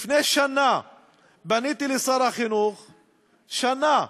לפני שנה פניתי לשר החינוך שנה,